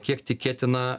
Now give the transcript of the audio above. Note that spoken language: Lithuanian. kiek tikėtina